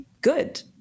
good